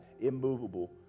immovable